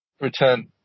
return